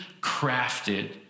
crafted